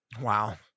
Wow